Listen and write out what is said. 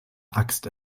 axt